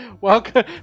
Welcome